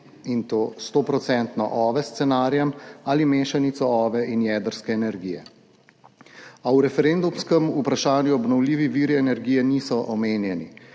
in to med 100-odstotnim scenarijem OVE ali mešanico OVE in jedrske energije, a v referendumskem vprašanju obnovljivi viri energije niso omenjeni.